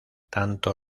tanto